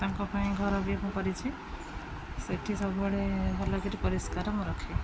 ତାଙ୍କ ପାଇଁ ଘର ବି ମୁଁ କରିଛି ସେଠି ସବୁବେଳେ ଭଲ କିରି ପରିଷ୍କାର ମୁଁ ରଖେ